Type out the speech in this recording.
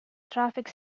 traffic